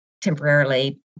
temporarily